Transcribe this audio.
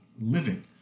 living